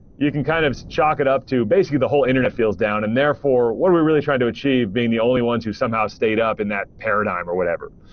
you can kind of chuck it up to basically the whole internet feels down, and therefore what are we really trying to achieve being the only ones who somehow stayed up in that paradigm, or whatever?